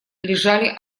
лежали